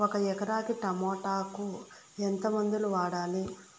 ఒక ఎకరాకి టమోటా కు ఎంత మందులు వాడాలి?